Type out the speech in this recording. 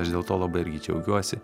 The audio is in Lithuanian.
aš dėl to labai irgi džiaugiuosi